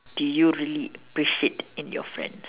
do you really appreciate in your friends